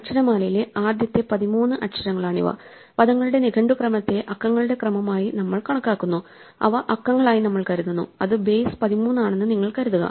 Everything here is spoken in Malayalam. അക്ഷരമാലയിലെ ആദ്യത്തെ പതിമൂന്ന് അക്ഷരങ്ങളാണിവ പദങ്ങളുടെ നിഘണ്ടു ക്രമത്തെ അക്കങ്ങളുടെ ക്രമമായി നമ്മൾ കണക്കാക്കുന്നു അവ അക്കങ്ങളായി നമ്മൾ കരുതുന്നു അത് ബേസ് പതിമൂന്നാണെന്ന് നിങ്ങൾ കരുതുക